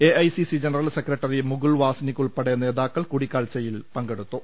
A I C C general secretary Mukul Wasnik ഉൾപ്പെടെ നേതാക്കൾ കൂടിക്കാഴ്ച യിൽ പങ്കെടുത്തു